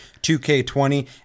2K20